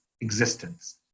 existence